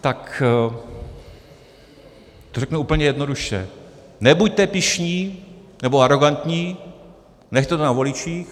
Tak to řeknu úplně jednoduše: Nebuďte pyšní nebo arogantní, nechte to na voličích.